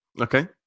okay